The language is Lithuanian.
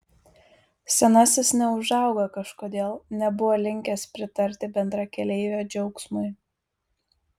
senasis neūžauga kažkodėl nebuvo linkęs pritarti bendrakeleivio džiaugsmui